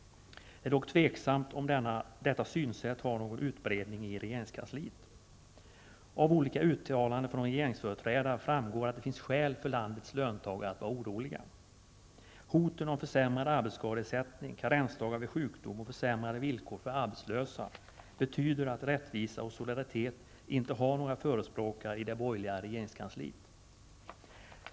Det är dock tveksamt om detta synsätt har någon utbredning i regeringskansliet. Av olika uttalanden från regeringsföreträdare framgår att det finns skäl för landets löntagare att vara oroliga. Hoten om försämrade arbetsskadeersättning, karensdagar vid sjukdom och försämrade villkor för arbetslösa betyder att rättvisa och solidaritet inte har några förespråkare i det borgerliga regeringskansliet.